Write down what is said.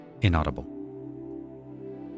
Inaudible